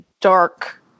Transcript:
dark